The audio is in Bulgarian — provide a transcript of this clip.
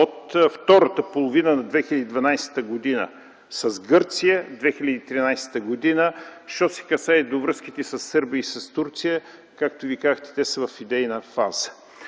от втората половина на 2012 г., с Гърция – 2013 г., а що се касае до връзките със Сърбия и Турция, както Вие казахте, те са в идейна фаза.